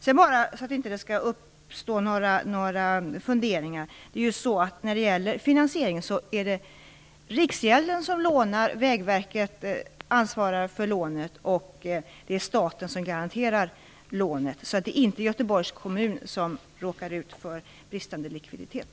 För att det inte skall uppstå några funderingar när det gäller finansieringen vill jag göra klart att det är Riksgälden som lånar, Vägverket som ansvarar för lånet och staten som garanterar lånet. Det är inte Göteborgs kommun som råkar ut för bristande likviditet